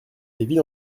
villes